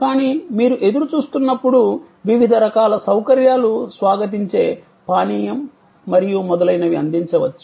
కానీ మీరు ఎదురుచూస్తున్నప్పుడు వివిధ రకాల సౌకర్యాలు స్వాగతించే పానీయం మరియు మొదలైనవి అందించవచ్చు